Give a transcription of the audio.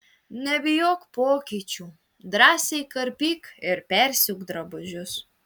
nebijok pokyčių drąsiai karpyk ir persiūk drabužius